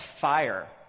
fire